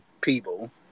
people